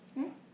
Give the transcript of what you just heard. hmm